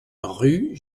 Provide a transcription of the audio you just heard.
rue